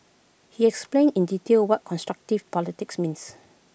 he explained in detail what constructive politics means